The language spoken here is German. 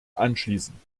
anschließen